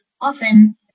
often